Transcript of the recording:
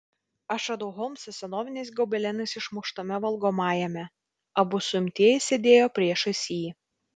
aš radau holmsą senoviniais gobelenais išmuštame valgomajame abu suimtieji sėdėjo priešais jį